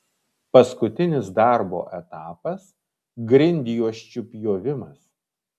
paskutinis darbo etapas grindjuosčių pjovimas